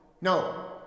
no